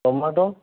ଟମାଟ